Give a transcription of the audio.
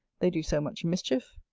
they do so much mischief.